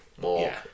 more